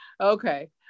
Okay